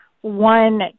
one